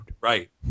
right